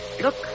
Look